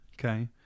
okay